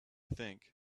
think